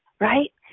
right